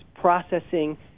processing